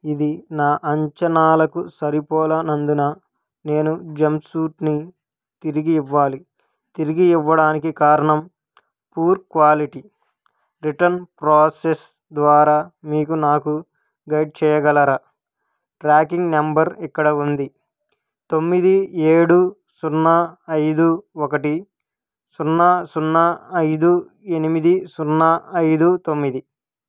ఇది నా అంచనాలకు సరిపోలనందున నేను జంప్సూట్ని తిరిగి ఇవ్వాలి తిరిగి ఇవ్వడానికి కారణం పూర్ క్వాలిటీ రిటర్న్ ప్రోసెస్ ద్వారా మీకు నాకు గైడ్ చేయగలరా ట్రాకింగ్ నంబర్ ఇక్కడ ఉంది తొమ్మిది ఏడు సున్నా ఐదు ఒకటి సున్నా సున్నా ఐదు ఎనిమిది సున్నా ఐదు తొమ్మిది